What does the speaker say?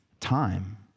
time